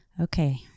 Okay